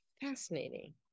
fascinating